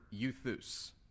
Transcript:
euthus